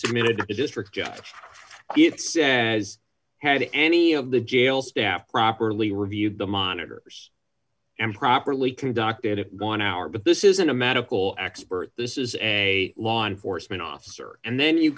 submitted to district judge gets as had any of the jail staff properly reviewed the monitors and properly conducted it gone hour but this isn't a medical expert this is a law enforcement officer and then you